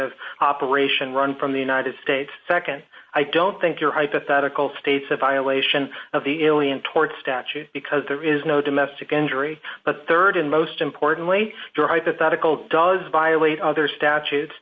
of operation run from the united states nd i don't think your hypothetical states a violation of the alien tort statute because there is no domestic injury but rd and most importantly your hypothetical does violate other statute